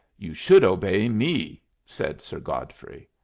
you should obey me, said sir godfrey.